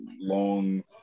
long